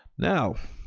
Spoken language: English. now,